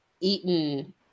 eaten